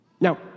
Now